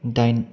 दाइन